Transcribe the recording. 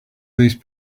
these